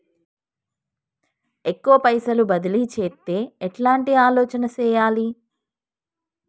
ఎక్కువ పైసలు బదిలీ చేత్తే ఎట్లాంటి ఆలోచన సేయాలి?